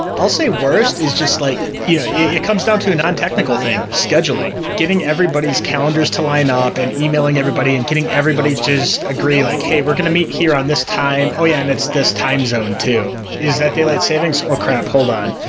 i'll say worst is just like yeah yeah it comes down to a non-technical thing scheduling, getting everybody's calendars to line up and emailing everybody and getting everybody just agree, like, we're going to meet here on this time. oh, yeah, and it's his this time zone too. is that daylight savings? oh, crap! hold on.